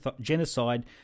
genocide